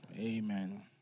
Amen